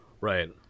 Right